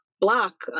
block